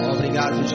Obrigado